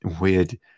weird